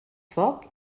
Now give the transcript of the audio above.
foc